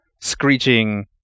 screeching